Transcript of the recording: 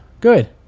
good